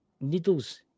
needles